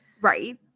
Right